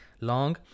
long